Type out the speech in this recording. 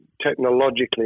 technologically